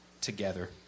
together